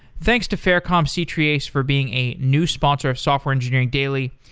thanks to faircom c-treeace for being a new sponsor of software engineering daily,